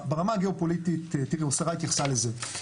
ברמה הגיאופוליטית, השרה התייחסה לזה.